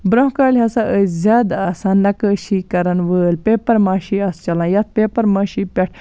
برونٛہہ کالہِ ہَسا ٲسۍ زیادٕ آسان نَقٲشی کَرَن وٲلۍ پیپَر ماشی آسہٕ چَلان یتھ پیپر ماشی پٮ۪ٹھ